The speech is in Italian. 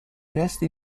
resti